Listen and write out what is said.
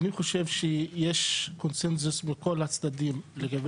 אני חושב שיש קונצנזוס בכל הצדדים וצריך